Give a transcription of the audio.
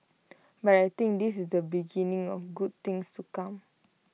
but I think this is the beginning of good things to come